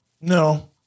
No